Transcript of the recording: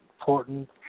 important